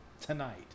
tonight